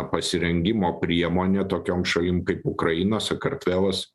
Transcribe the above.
pasirengimo priemonė tokiom šalims kaip ukraina sakartvelas